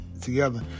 together